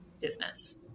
business